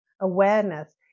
awareness